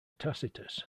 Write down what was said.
tacitus